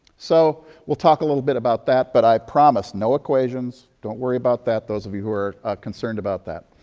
so we'll talk a little bit about that, but i promise no equations. don't worry about that, those of you who are ah concerned about that.